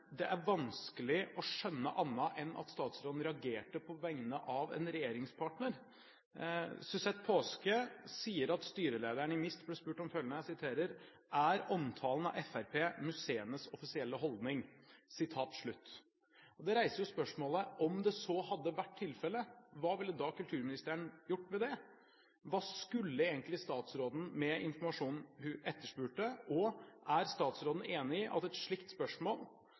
det er vanskelig å skjønne annet enn at statsråden reagerte på vegne av en regjeringspartner. Suzette Paasche sier at styrelederen i MiST ble spurt om hvorvidt omtalen av Fremskrittspartiet er museenes offisielle holdning. Det reiser spørsmålet: Om så hadde vært tilfellet, hva ville kulturministeren gjort med det? Hva skulle egentlig statsråden med informasjonen hun etterspurte, og er statsråden enig i at et slikt spørsmål